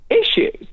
issues